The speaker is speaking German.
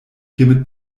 hiermit